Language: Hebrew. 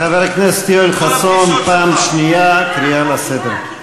חבר הכנסת יואל חסון, פעם שנייה קריאה לסדר.